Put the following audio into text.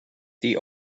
the